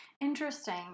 Interesting